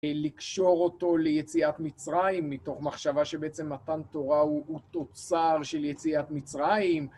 לקשור אותו ליציאת מצרים מתוך מחשבה שבעצם מתן תורה הוא תוצר של יציאת מצרים.